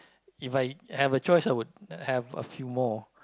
If I have a choice I would have a few more